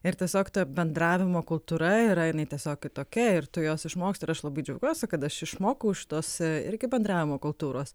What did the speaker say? ir tiesiog ta bendravimo kultūra yra jinai tiesiog kitokia ir tu jos išmoksti ir aš labai džiaugiuosi kad aš išmokau šitos irgi bendravimo kultūros